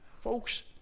Folks